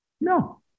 No